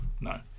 No